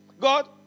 God